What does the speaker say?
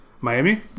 Miami